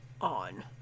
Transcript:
on